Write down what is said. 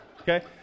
okay